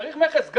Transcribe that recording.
צריך מכס.